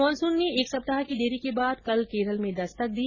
monsoon ने एक सप्ताह की देरी के बाद कल केरल में दस्तक दी